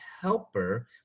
helper